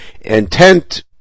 intent